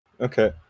Okay